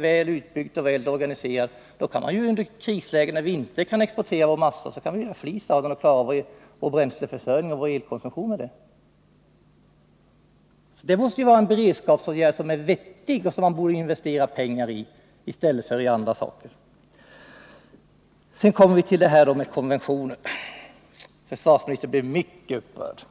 väl utbyggd och väl organiserad apparat för kraftproduktion genom fliseldning. När vi inte kan exportera vår massa kan vi ju göra flis av den och klara vår bränsleförsörjning och vår elkonsumtion på det sättet. Det måste vara en vettig beredskapsåtgärd som man borde investera pengar i i stället för i andra saker. Sedan kommer vi till detta med konventioner. Försvarsministern blev mycket upprörd.